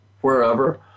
wherever